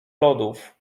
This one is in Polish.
lodów